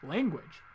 Language